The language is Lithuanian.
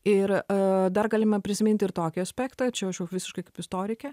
ir dar galime prisiminti ir tokį aspektąčia aš jau visiškai kaip istorikė